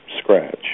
scratch